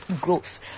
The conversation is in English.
growth